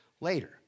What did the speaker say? later